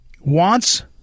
wants